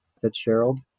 Fitzgerald